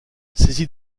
saisi